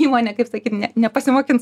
įmonė kaip sakyt ne nepasimokins